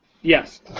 Yes